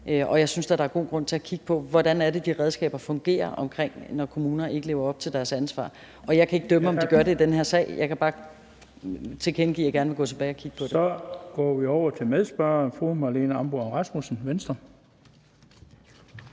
og jeg synes da, der er god grund til at kigge på, hvordan det er, de redskaber fungerer, når kommuner ikke lever op til deres ansvar. Jeg kan ikke dømme, om de gør det i den her sag, jeg kan bare tilkendegive, at jeg gerne vil gå tilbage og kigge på det. Kl. 16:27 Den fg. formand (Bent Bøgsted): Så går vi over til medspørgeren, fru Marlene Ambo-Rasmussen, Venstre.